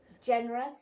Generous